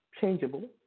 changeable